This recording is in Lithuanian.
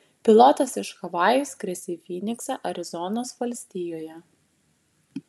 pilotas iš havajų skris į fyniksą arizonos valstijoje